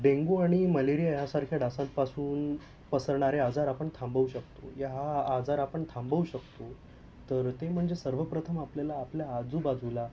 dengue आणि malaria यासारख्या डासांपासून पसरणारे आजार आपण थांबवू शकतो या हा आजार आपण थांबवू शकतो तर ते म्हणजे सर्वप्रथम आपल्याला आपल्या आजूबाजूला